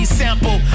sample